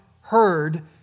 heard